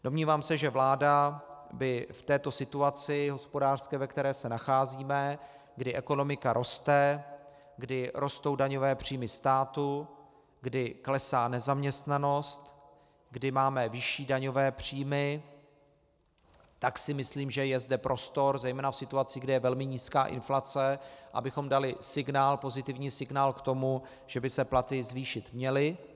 Domnívám se, že vláda by v této hospodářské situaci, ve které se nacházíme, kdy ekonomika roste, kdy rostou daňové příjmy státu, kdy klesá nezaměstnanost, kdy máme vyšší daňové příjmy, tak si myslím, že je zde prostor, zejména v situaci, kdy je velmi nízká inflace, abychom dali pozitivní signál k tomu, že by se platy zvýšit měly.